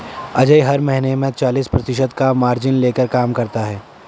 अजय हर महीने में चालीस प्रतिशत का मार्जिन लेकर काम करता है